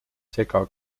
sega